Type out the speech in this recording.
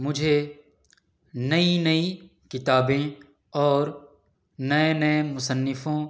مجھے نئی نئی کتابیں اور نئے نئے مصنفوں